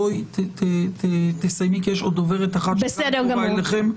בואי תסיימי כי יש עוד דוברת אחת ואחר כך נשמע את נציגי הממשלה.